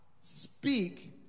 speak